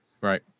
Right